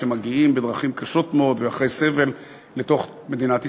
שמגיעים בדרכים קשות מאוד ואחרי סבל לתוך מדינת ישראל.